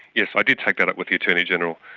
yes. i did take that up with the attorney general,